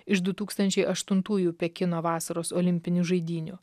iš du tūkstančiai aštuntųjų pekino vasaros olimpinių žaidynių